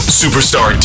superstar